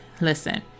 listen